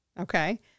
Okay